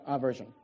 Version